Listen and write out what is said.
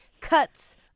Cuts